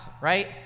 right